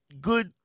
Good